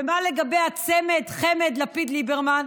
ומה לגבי הצמד-חמד לפיד-ליברמן?